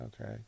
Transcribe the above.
okay